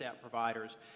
providers